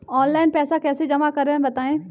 Online पैसा कैसे जमा करें बताएँ?